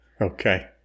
Okay